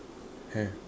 M